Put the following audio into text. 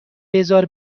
بزار